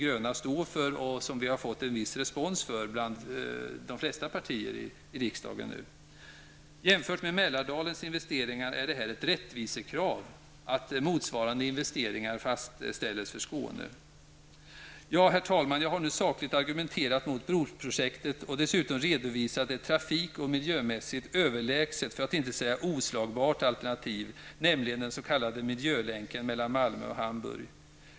För denna plan har vi också nu fått en viss respons från de flesta partier i riksdagen. Det är -- jämfört med Mälardalens investeringar -- ett rättvisekrav att motsvarande investeringar fastställes för Skåne. Herr talman! Jag har nu sakligt argumenterat mot broprojektet och dessutom redovisat en trafik och miljömässigt överlägset -- för att inte säga oslagbart -- alternativ, nämligen den s.k. miljölänken mellan Malmö och Hamburg.